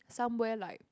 somewhere like